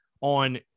on